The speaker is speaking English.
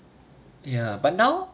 ya but now